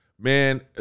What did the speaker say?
Man